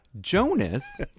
Jonas